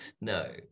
No